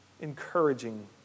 encouraging